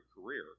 career